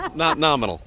not not nominal